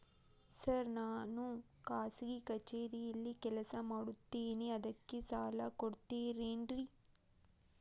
Sir ನಾನು ಖಾಸಗಿ ಕಚೇರಿಯಲ್ಲಿ ಕೆಲಸ ಮಾಡುತ್ತೇನೆ ಅದಕ್ಕೆ ಸಾಲ ಕೊಡ್ತೇರೇನ್ರಿ?